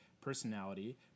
personality